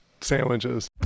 sandwiches